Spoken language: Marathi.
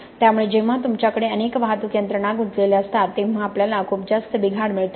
त्यामुळे जेव्हा तुमच्याकडे अनेक वाहतूक यंत्रणा गुंतलेल्या असतात तेव्हा आपल्याला खूप जास्त बिघाड मिळतो